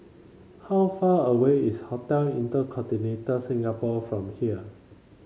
how far away is Hotel Inter Continental Singapore from here